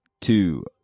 two